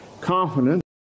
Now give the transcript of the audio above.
confidence